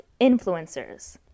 influencers